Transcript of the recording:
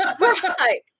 Right